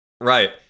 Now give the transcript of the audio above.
Right